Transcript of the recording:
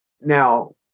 Now